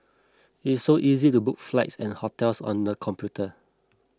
it is so easy to book flights and hotels on the computer